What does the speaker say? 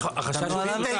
החשש הוא מובן.